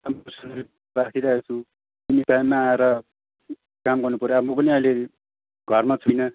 राम्रोसँगले राखिरहेको छु तिमी टाइममा आएर काम गर्नु पऱ्यो अब म पनि अहिले घरमा छुइनँ